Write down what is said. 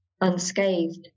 unscathed